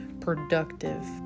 productive